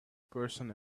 person